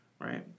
right